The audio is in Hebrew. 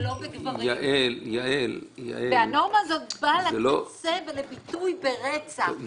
-- ולא בגברים, והנורמה הזו באה לידי ביטוי ברצח.